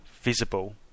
visible